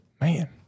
Man